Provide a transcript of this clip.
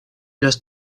los